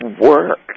work